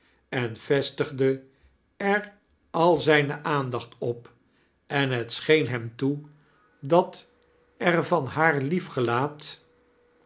en vestigde er al zijne aandacht op en het scheem hem toe charles dickens dat er van haar lief gelaat